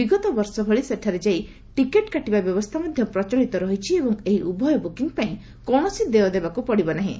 ବିଗତ ବର୍ଷ ଭଳି ସେଠାରେ ଯାଇ ଟିକଟ୍ କାଟିବା ବ୍ୟବସ୍ଥା ମଧ୍ୟ ପ୍ରଚଳିତ ରହିଛି ଏବଂ ଏହି ଉଭୟ ବୁକିଂ ପାଇଁ କୌଣସି ଦେୟ ଦେବାକୁ ପଡ଼ିବ ନାହିଁ